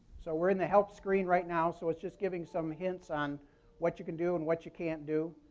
so we're in the help screen right now, so it's just giving some hints on what you can do and what you can't do.